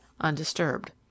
undisturbed